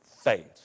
faith